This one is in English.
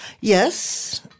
Yes